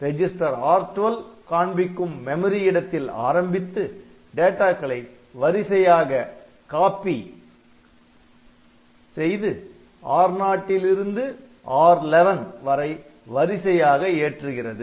register R12 காண்பிக்கும் memory இடத்தில் ஆரம்பித்து டேட்டாக்களை வரிசையாக காப்பி copy படி நகல் செய்து R0 லிருந்து R11 வரை வரிசையாக ஏற்றுகிறது